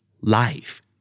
life